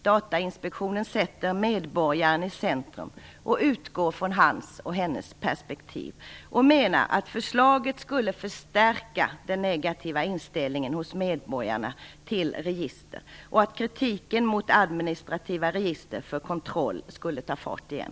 Datainspektionen sätter medborgaren i centrum och utgår från dennes perspektiv. Man menar att förslaget skulle förstärka den negativa inställningen till register hos medborgarna och att kritiken mot administrativa register för kontroll skulle ta fart igen.